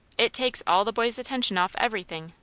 it takes all the boys' attention off everything,